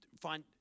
find